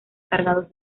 cargados